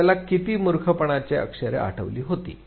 आपल्याला किती मूर्खपणाची अक्षरे आठवली होती